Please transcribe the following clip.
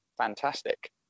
Fantastic